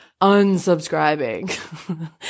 unsubscribing